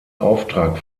auftrag